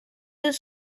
deux